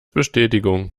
bestätigung